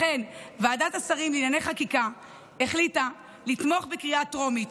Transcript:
לכן ועדת השרים לענייני חקיקה החליטה לתמוך בקריאה טרומית